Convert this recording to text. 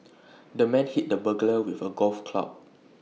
the man hit the burglar with A golf club